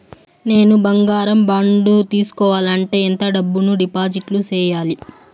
నేను బంగారం బాండు తీసుకోవాలంటే ఎంత డబ్బును డిపాజిట్లు సేయాలి?